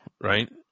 right